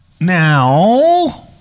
Now